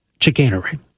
chicanery